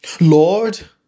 Lord